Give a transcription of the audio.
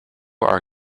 our